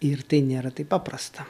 ir tai nėra taip paprasta